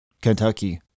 Kentucky